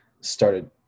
started